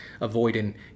avoiding